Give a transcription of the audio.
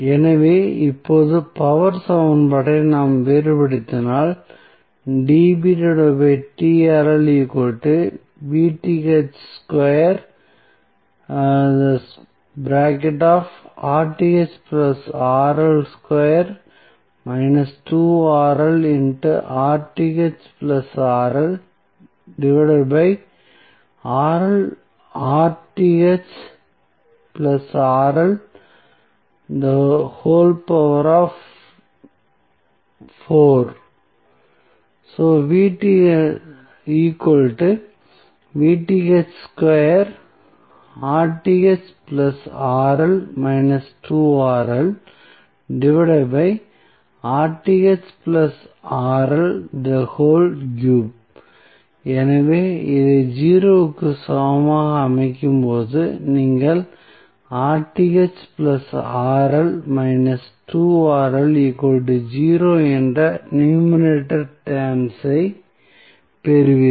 எனவே இப்போது பவர் சமன்பாட்டை நாம் வேறுபடுத்தினால் எனவே இதை 0 க்கு சமமாக அமைக்கும் போது நீங்கள் என்ற நியூமரேட்டர் டெர்ம்ஸ் ஐ பெறுவீர்கள்